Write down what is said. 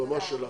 הבמה שלך.